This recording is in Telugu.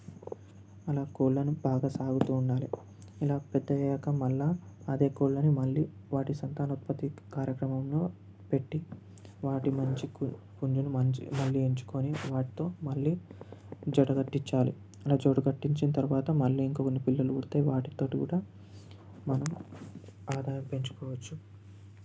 అలా కోళ్లను బాగా సాగుతూ ఉండాలి ఇలా పెద్దయ్యాక మళ్ళీ అదే కోళ్లను మళ్ళీ వాటి సంతాన ఉత్పత్తి కార్యక్రమంలో పెట్టి వాటి మంచి పుంజును మళ్ళీ ఎంచుకొని వాటితో మళ్ళీ జత కట్టించాలి అలా జోడి కట్టించిన తర్వాత మళ్ళీ ఇంకొన్ని పిల్లలు పుడతాయి వాటితోటి కూడా మనం ఆదాయం పెంచుకోవచ్చు